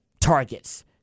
targets